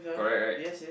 correct right